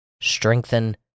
strengthen